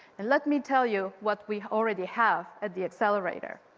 and, let me tell you what we already have at the accelerator.